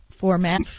format